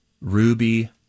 ruby